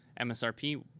MSRP